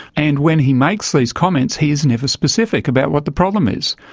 and when he makes these comments he is never specific about what the problem is.